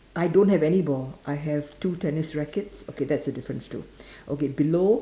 I don't have any ball I have two tennis rackets okay that's a difference too okay below